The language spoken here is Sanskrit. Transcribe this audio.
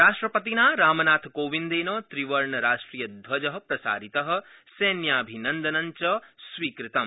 राष्ट्रपतिना रामनाथकोविन्देन त्रिवर्णराष्ट्रियध्वज प्रसारितः सैन्याभिनंदनं च स्वीकृतम्